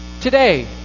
today